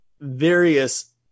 various